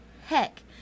heck